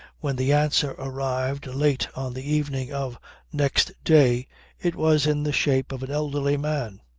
when the answer arrived late on the evening of next day it was in the shape of an elderly man.